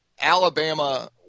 Alabama